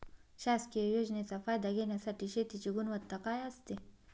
शासकीय योजनेचा फायदा घेण्यासाठी शेतीची गुणवत्ता काय असते?